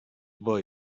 boy